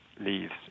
leaves